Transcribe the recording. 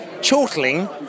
chortling